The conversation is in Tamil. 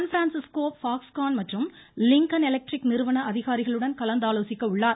்பிரான்சிஸ்கோ ்பாக்ஸ்கான் மற்றும் லிங்கன் எலக்ட்ரிக் நிறுவன அதிகாரிகளுடன் கலந்தாலோசிக்க உள்ளார்